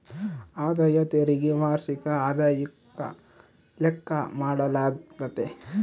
ಆದಾಯ ತೆರಿಗೆ ವಾರ್ಷಿಕ ಆದಾಯುಕ್ಕ ಲೆಕ್ಕ ಮಾಡಾಲಾಗ್ತತೆ